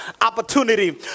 opportunity